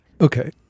Okay